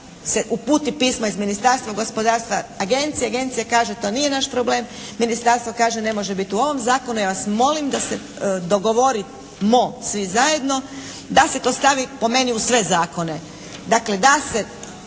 uputi pismo iz Ministarstva gospodarstva agenciji, agencija kaže to nije naš problem, ministarstvo kaže ne može biti u ovom zakonu, ja vas molim da se dogovorimo svi zajedno da se to stavi po meni u sve zakone.